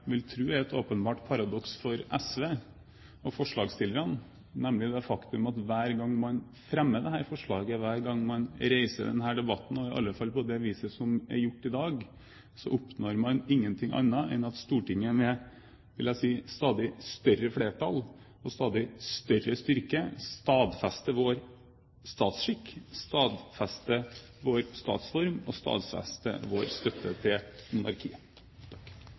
paradoks for SV og forslagsstillerne, nemlig det faktum at hver gang man fremmer dette forslaget, hver gang man reiser denne debatten, og i alle fall på det viset som er gjort i dag, oppnår man ingenting annet enn at Stortinget med, vil jeg si, stadig større flertall og stadig større styrke stadfester vår statsskikk, stadfester vår statsform og stadfester vår støtte til monarkiet.